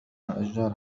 الأشجار